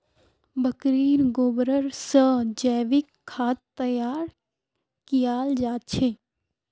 बकरीर गोबर से जैविक खाद तैयार कियाल जा छे